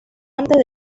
antes